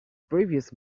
previous